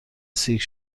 سیرک